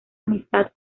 amistad